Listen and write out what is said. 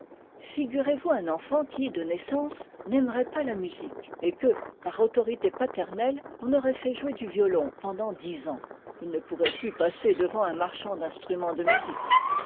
figurez-vous un enfant qui de naissance n'aimerait pas la musique et que par autorité paternelle on aurait fait jouer du violon pendant dix ans il ne pourrait plus passer devant un marchand d'instruments de musique